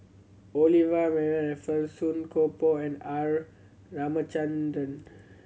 Olivia Mariamne Raffles Song Koon Poh and R Ramachandran